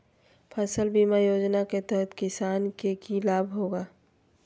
फसल बीमा योजना के तहत किसान के की लाभ होगा?